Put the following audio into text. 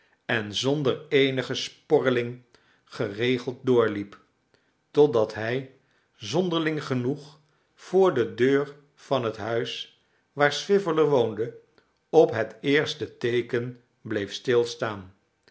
en zonder eenige sporreling geregeld doorliep totdat hij zonderling genoeg voor de deur van het huis waar swiveller woonde op het eerste teeken bleef stilstaan